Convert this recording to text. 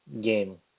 game